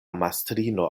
mastrino